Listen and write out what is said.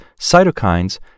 cytokines